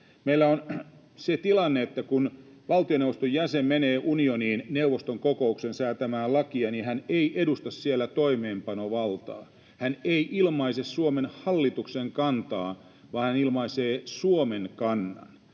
Meillä on se tilanne, että kun valtioneuvoston jäsen menee unioniin neuvoston kokoukseen säätämään lakia, niin hän ei edusta siellä toimeenpanovaltaa. Hän ei ilmaise Suomen hallituksen kantaa, vaan hän ilmaisee Suomen kannan.